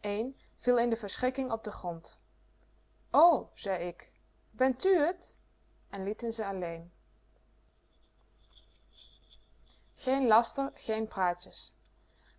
een viel in de verschrikking op den grond o zei k ben ui t en liet ze alleen geen laster geen praatjes